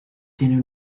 tienen